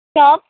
shop